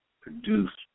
produced